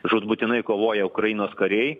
žūtbūtinai kovoja ukrainos kariai